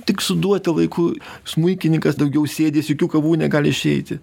tik suduoti laiku smuikininkas daugiau sėdęs jokių kavų negali išeiti